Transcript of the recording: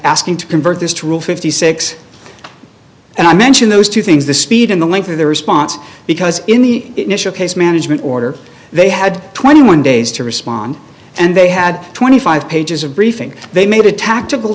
asking to convert this to rule fifty six and i mentioned those two things the speed and the length of the response because in the initial case management order they had twenty one days to respond and they had twenty five pages of briefing they made a tactical